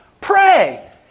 Pray